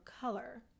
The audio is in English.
color